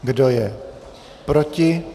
Kdo je proti?